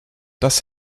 dass